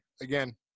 Again